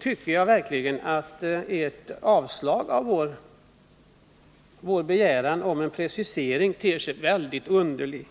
tycker jag verkligen att socialdemokraternas förslag att avstyrka vår begäran om en precisering ter sig mycket underligt.